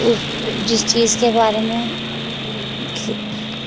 اس جس چیز کے بارے میں